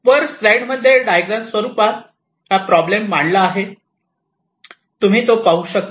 वर स्लाईड मध्ये डायग्रॅम स्वरूपात हा प्रॉब्लेम मांडला आहे तुम्ही तो पाहू शकता